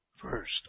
First